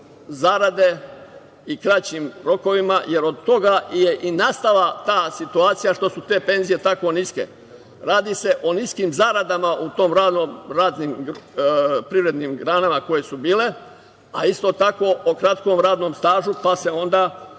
zarade i kraćim rokovima, jer od toga je i nastala ta situacija što su te penzije tako niske. Radi se o niskim zaradama u raznim privrednim granama koje su bile, a isto tako o kratkom radnom stažu, pa se onda